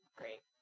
great